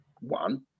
one